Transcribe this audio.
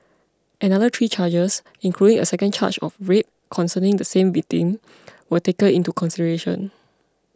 another three charges including a second charge of rape concerning the same victim were taken into consideration